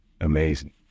Amazing